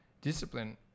discipline